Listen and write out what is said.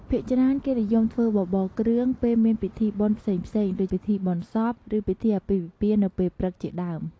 ភាគច្រើនគេនិយមធ្វើបបរគ្រឿងពេលមានពិធីបុណ្យផ្សេងៗដូចពិធីបុណ្យសព ឬពិធីអាពាហ៍ពិពាហ៍នៅពេលព្រឹកជាដើម។